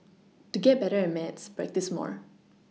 to get better at maths practise more